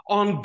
on